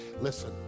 Listen